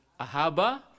ahaba